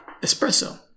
espresso